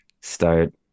start